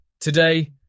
Today